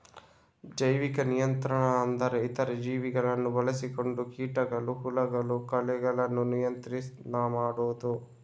ಜೈವಿಕ ನಿಯಂತ್ರಣ ಅಂದ್ರೆ ಇತರ ಜೀವಿಗಳನ್ನ ಬಳಸಿಕೊಂಡು ಕೀಟಗಳು, ಹುಳಗಳು, ಕಳೆಗಳನ್ನ ನಿಯಂತ್ರಣ ಮಾಡುದು